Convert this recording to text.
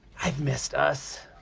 i've missed us.